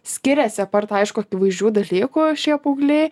skiriasi apart aišku akivaizdžių dalykų šie paaugliai